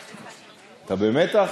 אתה במתח?